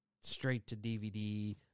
straight-to-DVD